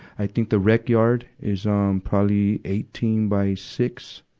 i think the rec yard is, um, probably eighteen by six,